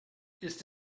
ist